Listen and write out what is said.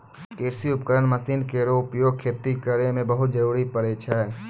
कृषि उपकरण मसीन केरो उपयोग खेती करै मे बहुत जरूरी परै छै